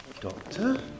Doctor